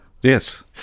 Yes